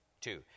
Two